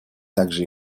также